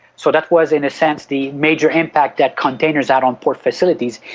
so that was, in a sense, the major impact that containers had on port facilities,